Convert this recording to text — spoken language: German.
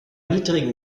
niedrigen